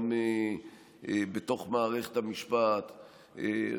גם בתוך מערכת המשפט,